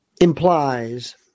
implies